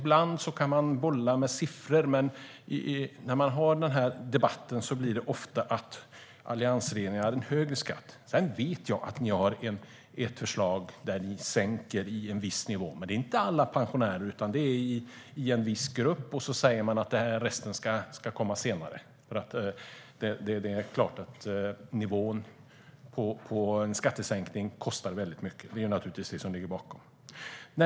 Jag vet att ni har ett förslag där ni sänker skatten i en viss nivå, men det gäller inte alla pensionärer utan en viss grupp. Sedan säger ni att resten ska komma senare, för det är klart att nivån på en skattesänkning kostar väldigt mycket. Det är naturligtvis det som ligger bakom.